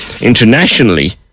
internationally